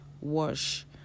wash